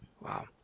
wow